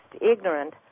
ignorant